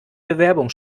bewerbung